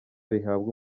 rihabwa